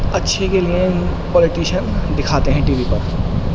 اچھے کے لیے پولیٹیشین دکھاتے ہیں ٹی وی پر